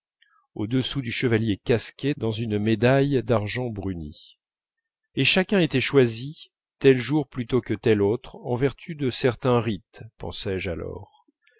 au-dessous du chevalier casqué dans une médaille d'argent bruni et chacun était choisi tel jour plutôt que tel autre en vertu de certains rites pensais-je alors